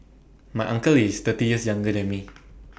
my uncle is thirty years younger than me